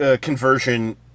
conversion